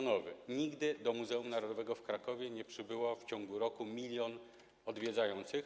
Nigdy do Muzeum Narodowego w Krakowie nie przybył w ciągu roku milion odwiedzających.